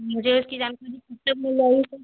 मुझे उसकी जानकारी कब तक मिल जाएगी सर